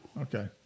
Okay